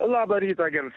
labą rytą jums